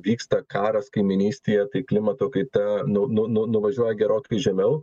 vyksta karas kaimynystėje tai klimato kaita nu nu nu nuvažiuoja gerokai žemiau